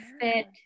fit